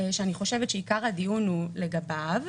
שאני חושבת שעיקר הדיון הוא לגביו,